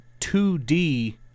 2D